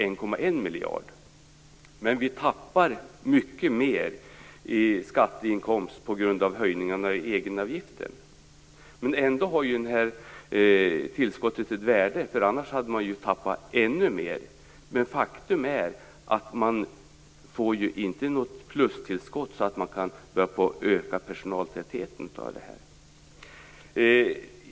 Vi tappar dock mycket mer i skatteinkomst på grund av egenavgiftshöjningen. Det här tillskottet har ett värde - annars hade man ju tappat ännu mera. Faktum är att det inte blir ett plustillskott så att man kan börja öka personaltätheten.